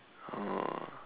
oh